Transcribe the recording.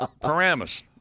Paramus